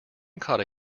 caught